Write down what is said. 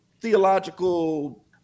theological